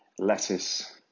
lettuce